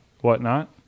whatnot